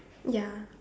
ya